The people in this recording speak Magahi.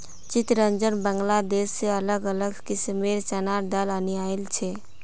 चितरंजन बांग्लादेश से अलग अलग किस्मेंर चनार दाल अनियाइल छे